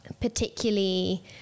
particularly